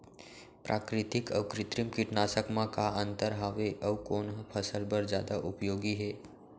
प्राकृतिक अऊ कृत्रिम कीटनाशक मा का अन्तर हावे अऊ कोन ह फसल बर जादा उपयोगी हे?